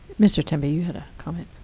mr. temby, you had a comment.